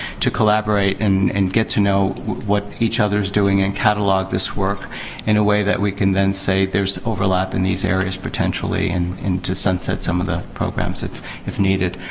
to collaborate and and get to know what each other's doing and catalog this work in a way that we can then say there's overlap in these areas potentially. and to sunset some of the programs, if if needed.